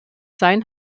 sein